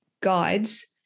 guides